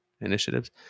initiatives